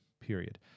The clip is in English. period